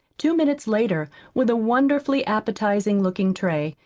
two minutes later, with a wonderfully appetizing-looking tray,